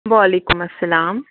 وعلیکُم اسلام